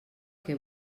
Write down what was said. que